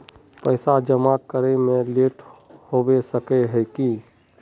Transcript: पैसा जमा करे में लेट होबे सके है की?